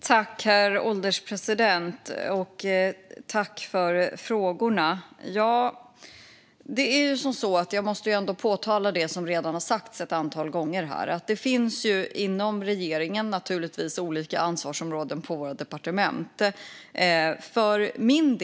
Herr ålderspresident! Jag tackar för frågorna. Jag måste ändå påpeka det som redan har sagts ett antal gånger här. Det finns naturligtvis olika ansvarsområden på våra departement inom regeringen.